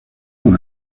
con